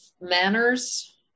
manners